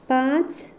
पांच